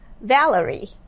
Valerie